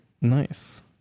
Nice